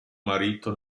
marito